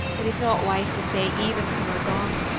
it is not wise to stay even when you are gone.